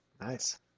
Nice